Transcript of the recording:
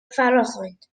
فراخواند